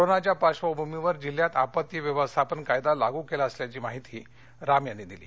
कोरोनाच्या पार्श्वभूमीवर जिल्ह्यात आपत्ती व्यवस्थापन कायदा लागू केला असल्याची माहितीही राम यांनी दिली